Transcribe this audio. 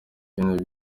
ibintu